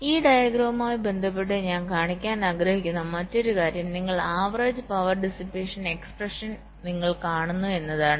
ഈ ഡയഗ്രാമുമായി ബന്ധപ്പെട്ട് ഞാൻ കാണിക്കാൻ ആഗ്രഹിക്കുന്ന മറ്റൊരു കാര്യം നിങ്ങൾ ആവറേജ് പവർ ഡിസിപ്പേഷൻ എക്സ്പ്രഷൻ നിങ്ങൾ കാണുന്നു എന്നതാണ്